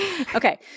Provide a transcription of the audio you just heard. Okay